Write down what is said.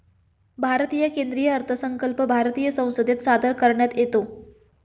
भारतीय केंद्रीय अर्थसंकल्प भारतीय संसदेत सादर करण्यात येतो